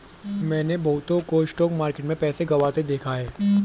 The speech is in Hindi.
मैंने बहुतों को स्टॉक मार्केट में पैसा गंवाते देखा हैं